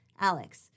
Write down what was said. Alex